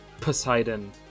Poseidon